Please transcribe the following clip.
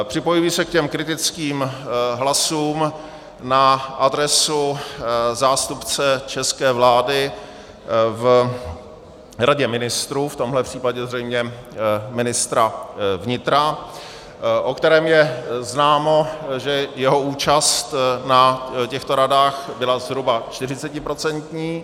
Připojuji se k těm kritickým hlasům na adresu zástupce české vlády v Radě ministrů, v tomhle případě zřejmě ministra vnitra, o kterém je známo, že jeho účast na těchto radách byla zhruba čtyřicetiprocentní.